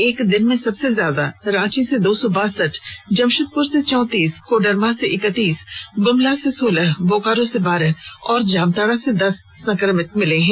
एक दिन में सबसे ज्यादा रांची से दो सौ बासठ जमशेदपुर से चौंतीस कोडरमा से इक्कीस गुमला से सोलह बोकारो से बारह और जामताड़ा से दस संक्रमित मिले हैं